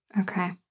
Okay